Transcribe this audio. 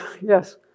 Yes